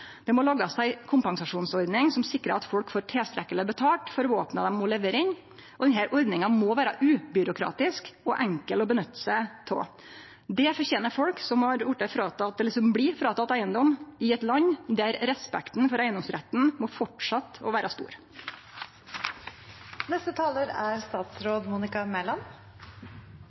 Det må lagast ei kompensasjonsordning som sikrar at folk får tilstrekkeleg betalt for våpena dei må levere inn, og denne ordninga må vere ubyråkratisk og enkel å bruke. Det fortener folk som blir fråtekne eigedom i eit land der respekten for eigedomsretten må fortsetje å vere stor. Med den nye våpenloven innføres forbud mot halvautomatiske rifler som opprinnelig er